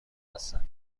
هستن